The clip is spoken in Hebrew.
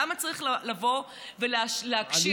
למה צריך לבוא ולהקשיח,